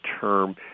term